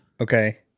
Okay